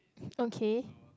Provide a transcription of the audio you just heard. okay